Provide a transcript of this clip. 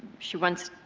she wants